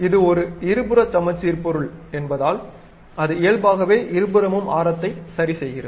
இது ஒரு இருபுறச்சமச்சீர் பொருள் என்பதால் அது இயல்பாகவே இருபுறமும் ஆரத்தை சரிசெய்கிறது